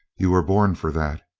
you are born for that.